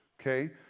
okay